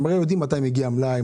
אתם הרי יודעים מתי מגיע המלאי,